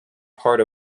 part